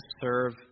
serve